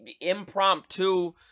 impromptu